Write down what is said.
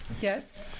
Yes